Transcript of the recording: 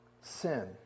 sin